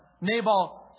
Nabal